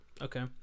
Okay